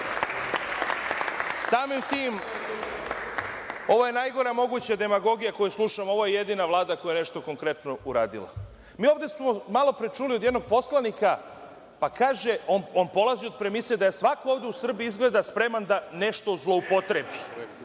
ulicu? Samim tim ovo je najgora moguća demagogija koju slušamo. Ovo je jedina Vlada koja je nešto konkretno uradila. Ovde smo malopre čuli od jednog poslanika, on polazi od premise da je svako u Srbiji izgleda spreman da nešto zloupotrebi